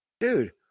Dude